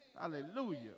Hallelujah